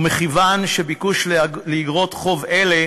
ומכיוון שהביקוש לאיגרות חוב אלה